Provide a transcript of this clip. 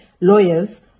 lawyers